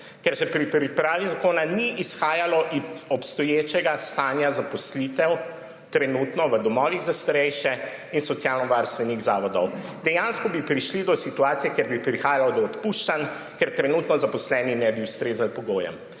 zakona. Pri pripravi zakona se ni izhajalo iz trenutno obstoječega stanja zaposlitev v domovih za starejše in socialno-varstvenih zavodih. Dejansko bi prišli do situacije, kjer bi prihajalo do odpuščanj, ker trenutno zaposleni ne bi ustrezali pogojem.